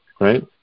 right